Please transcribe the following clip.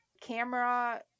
Camera